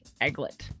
Egglet